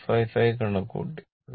155 കണക്കുകൂട്ടി